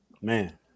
Man